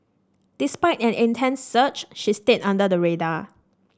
despite an intense search she stayed under the radar